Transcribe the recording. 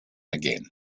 again